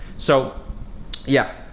so yeah,